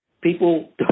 people